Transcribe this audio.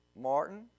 Martin